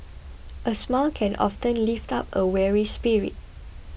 a smile can often lift up a weary spirit